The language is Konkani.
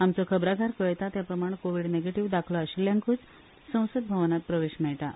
आमचो खबरांकार कळयता ते प्रमाण कोव्हीड नेगेटिव्ह दाखलो आशिल्ल्यांकूच संसद भवनांत प्रवेश मेळटा